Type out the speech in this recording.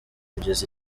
kugeza